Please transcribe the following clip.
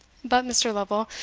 but, mr. lovel,